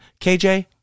KJ